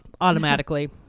automatically